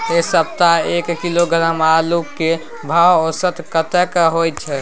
ऐ सप्ताह एक किलोग्राम आलू के भाव औसत कतेक होय छै?